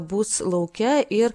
bus lauke ir